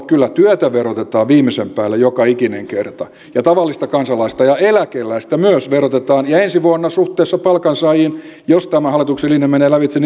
kyllä työtä verotetaan viimeisen päälle joka ikinen kerta ja tavallista kansalaista ja eläkeläistä myös verotetaan ja ensi vuonna suhteessa palkansaajiin jos tämä hallituksen linja menee lävitse vielä ankarammin